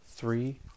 three